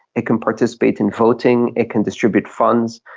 it can participate in voting, it can distribute funds.